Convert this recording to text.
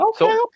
Okay